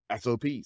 SOPs